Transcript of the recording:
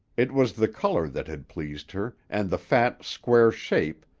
it was the color that had pleased her and the fat, square shape,